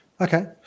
Okay